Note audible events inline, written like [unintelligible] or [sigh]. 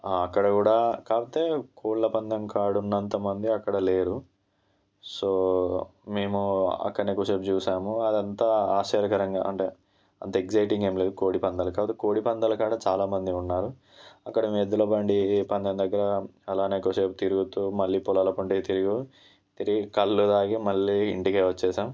అక్కడ కూడా కాకపోతే కోళ్ల పందం కాడ ఉన్నంత మంది అక్కడ లేరు సో మేము అక్కడే కోసేపు చూసాము అదంతా ఆశ్చర్యకరంగా అంటే అంత ఎక్సైటింగ్ ఏం లేదు కోడిపందాలు కాదు కోడిపందాలు కాడ చాలామంది ఉన్నారు అక్కడ మేం ఎద్దుల బండి పందం దగ్గర అలానే కోసేపు తిరుగుతూ మళ్లీ పొలాల [unintelligible] తిరిగి కళ్ళు తాగి మళ్ళీ ఇంటికి వచ్చేసాం